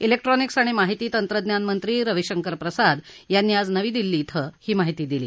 electronics आणि माहिती तंत्रज्ञान मंत्री रवीशंकर प्रसाद यांनी आज नवी दिल्ली इथं ही माहिती दिली